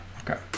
Okay